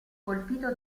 colpito